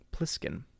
Pliskin